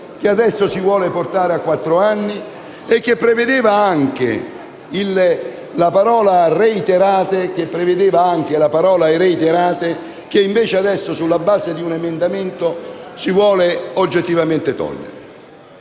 che adesso si vuole portare a quattro, e che prevedeva anche la parola «reiterate» che invece adesso, sulla base di un emendamento, si vuole oggettivamente eliminare.